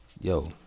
Yo